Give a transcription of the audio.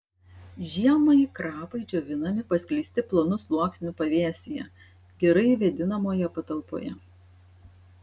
žiemai krapai džiovinami paskleisti plonu sluoksniu pavėsyje gerai vėdinamoje patalpoje